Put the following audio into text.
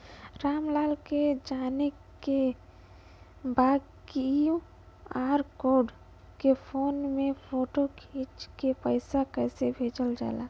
राम लाल के जाने के बा की क्यू.आर कोड के फोन में फोटो खींच के पैसा कैसे भेजे जाला?